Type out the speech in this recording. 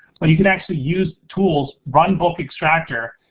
but you can actually use tools, run bulk extractor,